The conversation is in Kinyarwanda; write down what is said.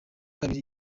kabiri